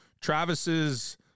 Travis's